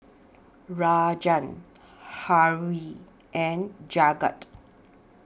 Rajan Hri and Jagat